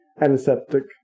antiseptic